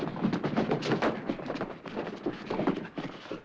for